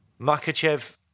Makachev